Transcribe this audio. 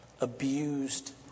abused